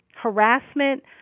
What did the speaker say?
harassment